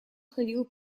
ходил